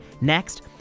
Next